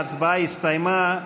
ההצבעה הסתיימה.